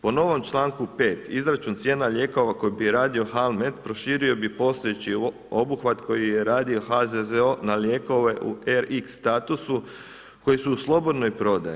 Po novom članku 5. izračun cijena lijekova koji bi radio Halmed, proširio bi postojeći obuhvat koji je radio HZZO na lijekove u RX statusu koji su u slobodnoj prodaji.